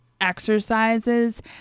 exercises